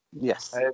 Yes